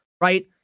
right